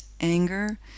anger